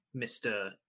Mr